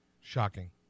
Shocking